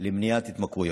למניעת התמכרויות.